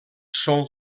són